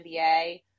NBA